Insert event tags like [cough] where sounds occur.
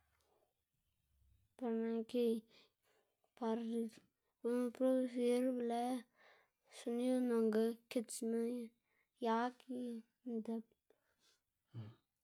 [noise] par naꞌ [unintelligible] par guꞌnnma producir be lë sonido nonga kitsma yag y ndip.